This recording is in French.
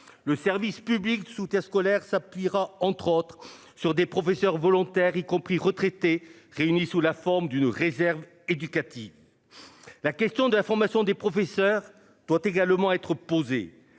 le service public de soutien scolaire s'appuiera, entre autres sur des professeurs volontaires, y compris retraités réunis sous la forme d'une réserve éducative. La question de la formation des professeurs doit également être posée